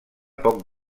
poc